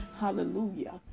hallelujah